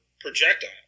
projectile